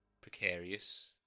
precarious